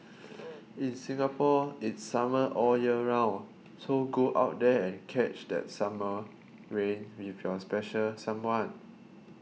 in Singapore it's summer all year round so go out there and catch that summer rain with your special someone